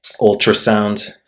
ultrasound